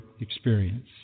experience